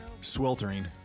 sweltering